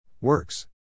Works